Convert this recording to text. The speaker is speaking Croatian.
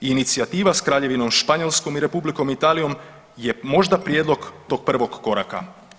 Inicijativa sa Kraljevinom Španjolskom i Republikom Italijom je možda prijedlog tog prvog koraka.